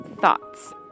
thoughts